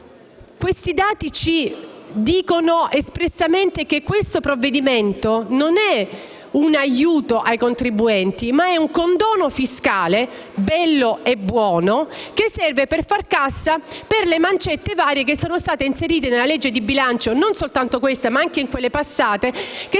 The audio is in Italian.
Tali dati ci dicono espressamente che questo provvedimento non è un aiuto ai contribuenti, ma è un condono fiscale bello e buono, che serve a fare cassa per le mancette varie inserite nella legge di bilancio (non soltanto in questa, ma anche in quelle passate) e